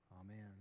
Amen